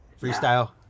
freestyle